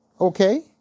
Okay